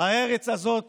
הארץ הזאת